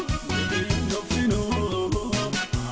no no